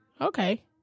Okay